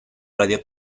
radio